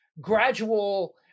gradual